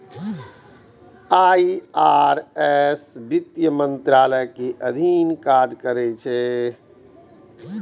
IRS वित्त मंत्रालय के अधीन काज करै छै